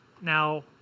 Now